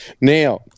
Now